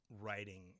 writing